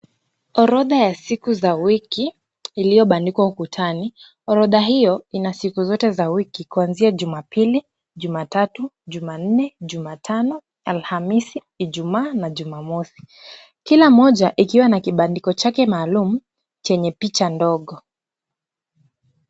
Orodha ya siku za wiki, iliyobandikwa ukutani. Orodha hiyo ina siku zote za wiki kuanzia Jumapiliumatatu, Jumanne, Jumatano, Alhamisi, Ijumaa na Jumamosi. Kila moja ikiwa na kibandiko chake maalum chenye picha ndogo.